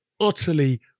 utterly